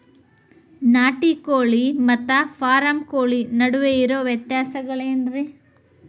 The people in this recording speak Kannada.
ನಾಟಿ ಕೋಳಿ ಮತ್ತ ಫಾರಂ ಕೋಳಿ ನಡುವೆ ಇರೋ ವ್ಯತ್ಯಾಸಗಳೇನರೇ?